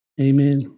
Amen